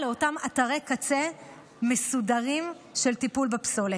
לאותם אתרי קצה מסודרים של טיפול בפסולת.